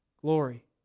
glory